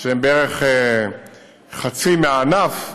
שהם בערך חצי מהענף,